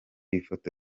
ifoto